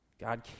God